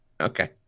Okay